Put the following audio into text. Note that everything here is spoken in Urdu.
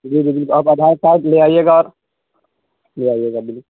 جی جی بالکل آپ آدھار کارڈ لے آئیے گا اور لے آئیے گا بل